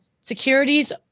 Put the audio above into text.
securities